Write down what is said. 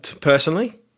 personally